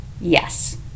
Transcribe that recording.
Yes